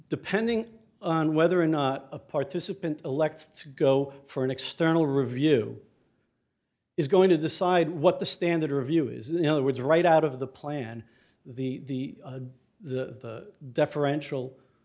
depending on whether or not a participant elects to go for an external review is going to decide what the standard review is you know the words right out of the plan the the deferential